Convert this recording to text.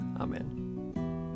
Amen